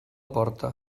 porta